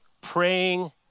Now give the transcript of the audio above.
praying